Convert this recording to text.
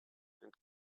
and